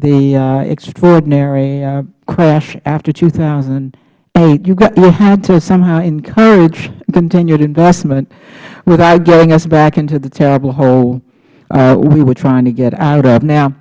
the extraordinary crash after two thousand and eight you had to somehow encourage continued investment without getting us back into the terrible hole we were trying to get out of now